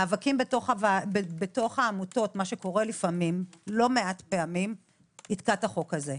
מאבקים בתוך העמותות מה שקורה לא מעט - יתקע את החוק הזה.